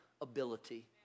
ability